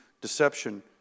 deception